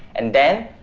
and then,